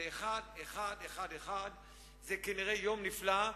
זה 1.1.11. זה כנראה יום נפלא,